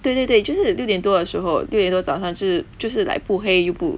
对对对就是六点多的时候六点多早上是就是 like 不黑又不